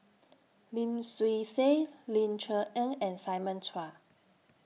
Lim Swee Say Ling Cher Eng and Simon Chua